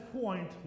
point